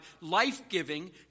life-giving